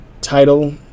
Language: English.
title